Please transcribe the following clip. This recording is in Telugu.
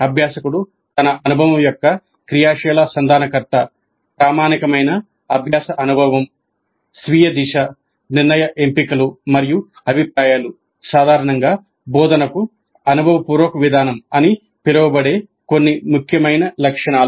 అభ్యాసకుడు తన అనుభవం యొక్క క్రియాశీల సంధానకర్త ప్రామాణికమైన అభ్యాస అనుభవం స్వీయ దిశ నిర్ణయ ఎంపికలు మరియు అభిప్రాయాలు సాధారణంగా బోధనకు అనుభవపూర్వక విధానం అని పిలువబడే కొన్ని ముఖ్యమైన లక్షణాలు